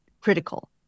critical